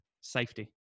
safety